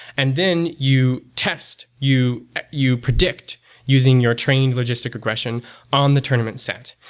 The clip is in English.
and then, you test, you you predict using your trained logistic regression on the tournament set.